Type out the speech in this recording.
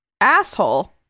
Asshole